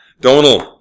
Donald